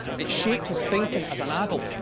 it shaped his thinking as an adult,